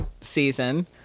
season